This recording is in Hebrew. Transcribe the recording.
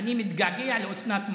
אני מתגעגע לאוסנת מארק.